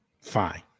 Fine